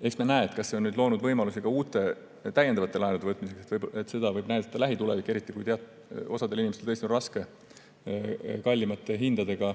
Eks me näe, kas see on loonud võimalusi ka uute, täiendavate laenude võtmiseks. Seda võib näidata lähitulevik, eriti kui osal inimestel on tõesti raske kallimate hindadega